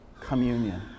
communion